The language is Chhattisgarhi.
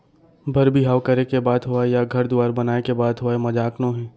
बर बिहाव करे के बात होवय या घर दुवार बनाए के बात होवय मजाक नोहे